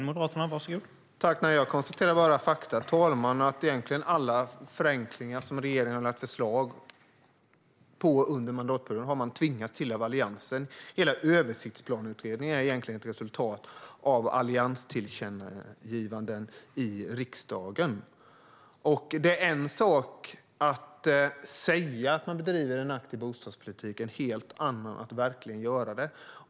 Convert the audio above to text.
Herr talman! Jag konstaterar bara faktum: Egentligen alla förenklingar som regeringen har lagt fram förslag om under mandatperioden har den tvingats till av Alliansen. Hela översiktsplaneutredningen är egentligen ett resultat av allianstillkännagivanden i riksdagen. Det är en sak att säga att man bedriver en aktiv bostadspolitik och en helt annan att verkligen göra det.